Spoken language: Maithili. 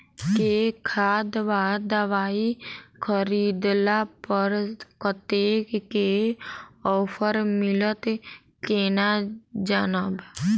केँ खाद वा दवाई खरीदला पर कतेक केँ ऑफर मिलत केना जानब?